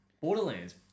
Borderlands